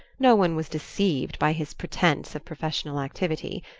no one was deceived by his pretense of professional activity.